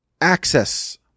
access